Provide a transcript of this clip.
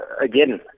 again